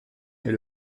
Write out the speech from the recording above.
est